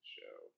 Show